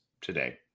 today